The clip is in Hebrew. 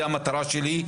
זה המטרה שלי.